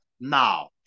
now